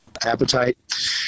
appetite